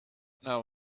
know